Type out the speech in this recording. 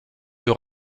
ses